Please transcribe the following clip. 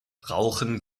rauchen